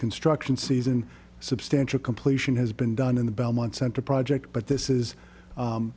construction season substantial completion has been done in the belmont center project but this is